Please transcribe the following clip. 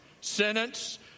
Sentence